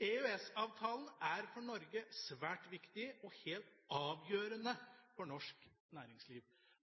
er for Norge svært viktig og helt avgjørende for norsk næringsliv.